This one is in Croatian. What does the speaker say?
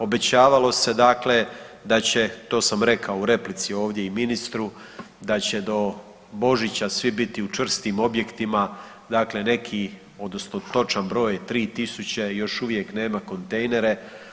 Obećavalo se da će to sam rekao u replici ovdje i ministru, da će do Božića biti svi u čvrstim objektima, dakle neki odnosno točan broj je 3.000 još uvijek nema kontejnere.